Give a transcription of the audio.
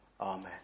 Amen